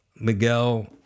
Miguel